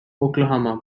oklahoma